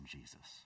Jesus